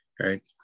Right